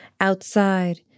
Outside